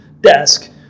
desk